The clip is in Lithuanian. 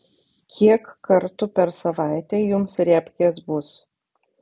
kiek kartų per savaitę jums repkės bus